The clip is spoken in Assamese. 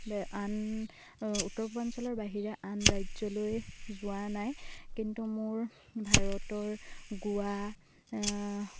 আন উত্তৰ পূৰ্বাঞ্চলৰ বাহিৰে আন ৰাজ্যলৈ যোৱা নাই কিন্তু মোৰ ভাৰতৰ গোৱা